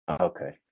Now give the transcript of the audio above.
okay